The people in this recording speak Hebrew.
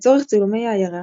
לצורך צילומי העיירה,